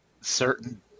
certain